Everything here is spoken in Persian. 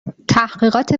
تحقیقات